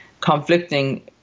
conflicting